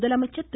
முதலமைச்சர் திரு